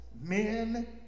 men